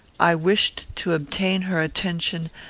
i wished to obtain her attention,